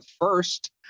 first